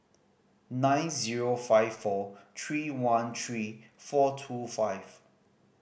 nine zero five four three one three four two five